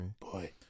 boy